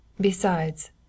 Besides